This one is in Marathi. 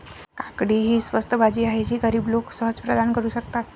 काकडी ही एक स्वस्त भाजी आहे जी गरीब लोक सहज प्रदान करू शकतात